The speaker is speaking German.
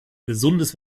gesundes